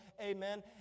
Amen